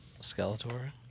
Skeletor